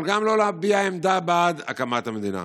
אבל גם לא להביע עמדה בעד הקמת המדינה.